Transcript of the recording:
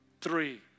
three